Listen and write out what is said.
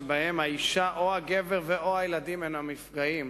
שבהם האשה או הגבר או הילדים הם הנפגעים,